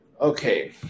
Okay